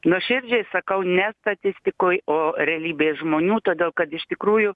nuoširdžiai sakau ne statistikoj o realybėje žmonių todėl kad iš tikrųjų